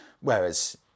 whereas